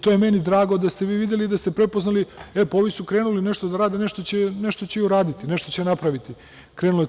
To je meni drago da ste vi videli i da ste prepoznali – e pa ovi su krenuli nešto da rade, nešto će i uraditi, nešto će napraviti, krenulo je to.